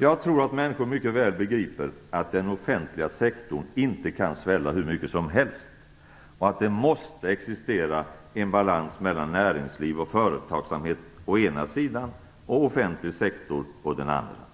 Jag tror att människor mycket väl begriper att den offentliga sektorn inte kan svälla hur mycket som helst, och att det måste existera en balans mellan näringsliv och företagsamhet å den ena sidan och offentlig sektor å den andra sidan.